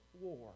war